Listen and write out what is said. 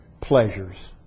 pleasures